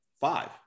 five